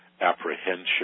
apprehension